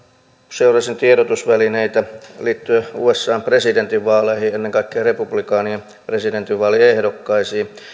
seurasin tiedotusvälineitä liittyen usan presidentinvaaleihin ennen kaikkea republikaanien presidentinvaaliehdokkaisiin